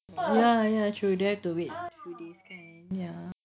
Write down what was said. ya ya true dare to it ya